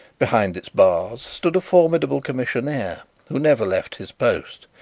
behind its bars stood a formidable commissionaire who never left his post,